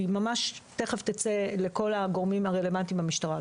ממש תיכף תצא לכל הגורמים הרלוונטיים במשטרה,